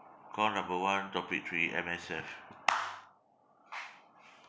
call number one topic three M_S_F